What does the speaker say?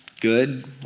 good